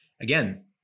Again